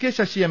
K Sasi M